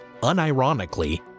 unironically